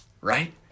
Right